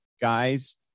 guys